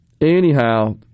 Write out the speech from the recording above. anyhow